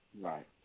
Right